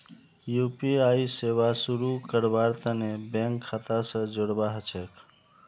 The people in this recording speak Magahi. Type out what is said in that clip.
यू.पी.आई सेवा शुरू करवार तने बैंक खाता स जोड़वा ह छेक